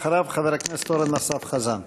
אחריו, חבר הכנסת אורן אסף חזן.